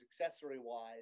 accessory-wise